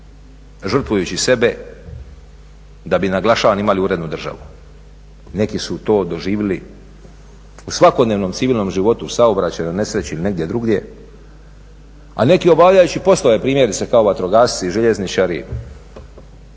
žrtvujući sebe da bi naglašavam imali urednu državu. Neki su to doživjeli u svakodnevnom civilnom životu, u saobraćaju, nesreći ili negdje drugdje a neki obavljajući poslove primjerice kao vatrogasci i željezničari,